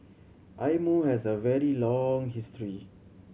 Eye Mo has a very long history